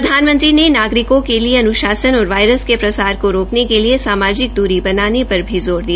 प्रधानमंत्री ने नागरिकों के लिए अनुशासन और वायरस के प्रसार को रोकने के लिए सामाजिक दुरी बनाने पर भी ज़ोर दिया